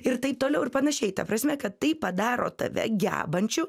ir taip toliau ir panašiai ta prasme kad tai padaro tave gebančių